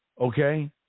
Okay